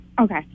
Okay